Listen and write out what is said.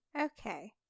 Okay